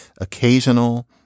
occasional